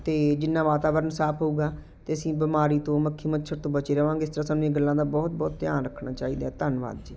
ਅਤੇ ਜਿੰਨਾ ਵਾਤਾਵਰਨ ਸਾਫ ਹੋਵੇਗਾ ਅਤੇ ਅਸੀਂ ਬਿਮਾਰੀ ਤੋਂ ਮੱਖੀ ਮੱਛਰ ਤੋਂ ਬਚੇ ਰਹਾਂਗੇ ਇਸ ਤਰ੍ਹਾਂ ਸਾਨੂੰ ਇਹ ਗੱਲਾਂ ਦਾ ਬਹੁਤ ਬਹੁਤ ਧਿਆਨ ਰੱਖਣਾ ਚਾਹੀਦਾ ਧੰਨਵਾਦ ਜੀ